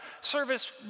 service